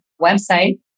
website